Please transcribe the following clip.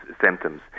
symptoms